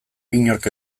inork